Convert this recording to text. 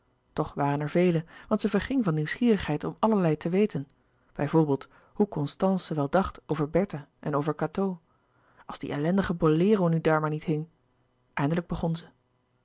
toch waren er velen want zij verging van nieuwsgierigheid om allerlei te weten bij voorbeeld hoe constance wel dacht over bertha en over cateau als die ellendige bolero nu daar maar niet hing eindelijk begon zij